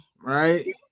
right